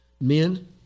Men